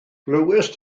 glywais